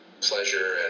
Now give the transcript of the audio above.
pleasure